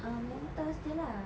ah mentos jer lah